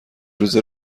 روزه